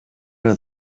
are